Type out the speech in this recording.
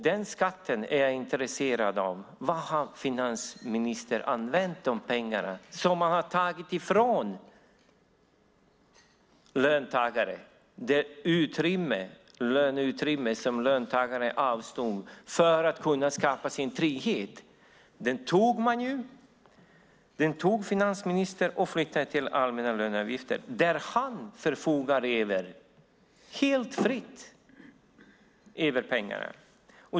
Den skatten är jag intresserad av: Till vad har finansministern använt de pengar som man har tagit ifrån löntagarna, det löneutrymme som löntagarna avstod för att kunna skapa sig en trygghet? Det tog finansministern och flyttade till den allmänna löneavgiften där han förfogar, helt fritt, över pengarna.